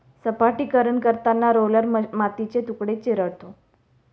सपाटीकरण करताना रोलर मातीचे तुकडे चिरडतो